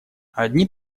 одни